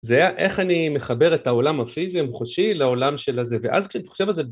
זה היה איך אני מחבר את העולם הפיזי, המוחשי, לעולם של הזה, ואז כשאני חושב על זה